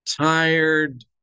tired